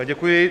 Děkuji.